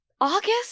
August